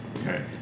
Okay